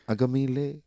Agamile